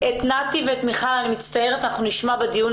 דווקא העובדה שכולם נמצאים מול מסך מאפשרת נגישות מקסימאלית